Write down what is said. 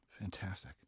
Fantastic